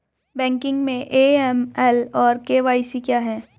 Banking में AML और KYC क्या हैं?